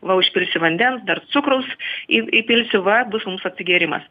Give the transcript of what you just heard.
va užpilsi vandens dar cukraus į įpilsiu va bus mums atsigėrimas